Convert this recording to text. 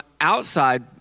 outside